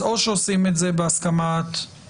אז או שעושים את זה בהסכמת החייב,